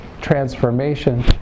transformation